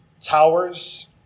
towers